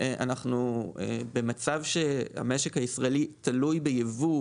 אנחנו במצב שהמשק הישראלי תלוי ביבוא,